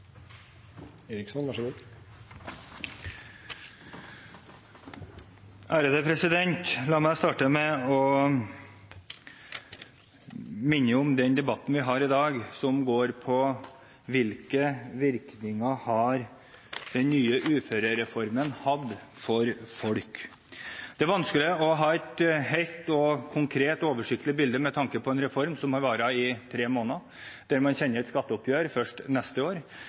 som går på hvilke virkninger den nye uførereformen har hatt for folk. Det er vanskelig å ha et helt konkret og oversiktlig bilde med tanke på en reform som har vart i tre måneder, der man kjenner et skatteoppgjør først neste år,